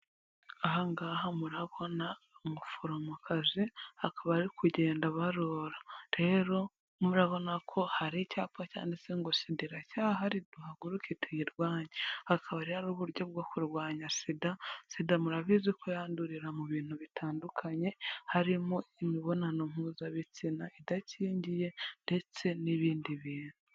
Ahanga ngaha murabona umuforomokazi akaba ari kugenda abarura . Rero murabona ko hari icyapa cyanditse ngo sida iracyahari duhaguruke tuyirwanye. Hakaba rero uburyo bwo kurwanya sida. Sida murabizi ko yandurira mu bintu bitandukanye harimo imibonano mpuzabitsina idakingiye ndetse n'ibindi bintu.